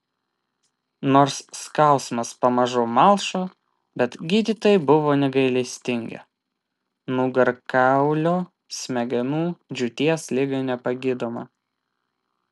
nors skausmas pamažu malšo bet gydytojai buvo negailestingi nugarkaulio smegenų džiūties liga nepagydoma